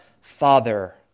Father